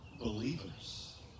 believers